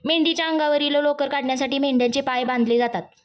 मेंढीच्या अंगावरील लोकर काढण्यासाठी मेंढ्यांचे पाय बांधले जातात